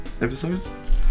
episodes